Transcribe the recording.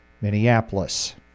Minneapolis